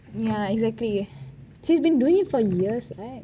ya exactly she's been doing it for yars right